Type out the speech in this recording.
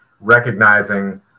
recognizing